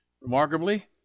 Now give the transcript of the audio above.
Remarkably